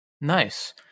Nice